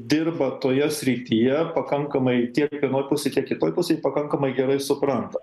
dirba toje srityje pakankamai tiek vienoj pusėj tiek kitoj pusėj pakankamai gerai supranta